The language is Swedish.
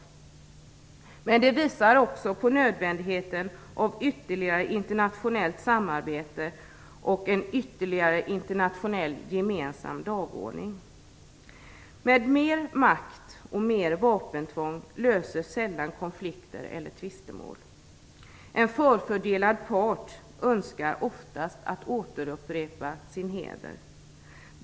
Men det visar också på nödvändigheten av ytterligare internationellt samarbete och en gemensam internationell dagordning. Med mer makt och mer vapentvång löses sällan konflikter eller tvistemål. En förfördelad part önskar oftast att återupprätta sin heder.